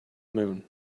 moon